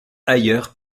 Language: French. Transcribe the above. ailleurs